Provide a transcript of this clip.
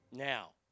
Now